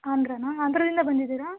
ಆಂಧ್ರನಾ ಆಂಧ್ರದಿಂದ ಬಂದಿದ್ದೀರಾ